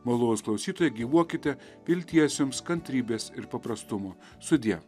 malonūs klausytojai gyvuokite vilties jums kantrybės ir paprastumo sudie